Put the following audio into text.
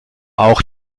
auch